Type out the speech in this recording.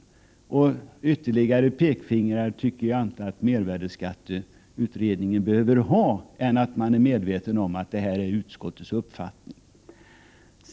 Några ytterligare pekfingrar tycker jag inte att utredningen behöver få. Man är medveten om att detta är utskottets uppfattning.